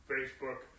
Facebook